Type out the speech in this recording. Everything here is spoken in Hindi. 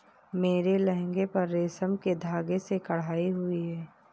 मेरे लहंगे पर रेशम के धागे से कढ़ाई की हुई है